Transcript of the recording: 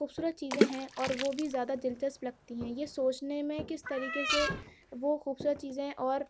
خوبصورت چیزیں ہیں اور وہ بھی زیادہ دلچسپ لگتی ہیں یہ سوچنے میں کس طریقے سے وہ خوبصورت چیزیں اور